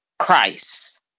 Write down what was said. Christ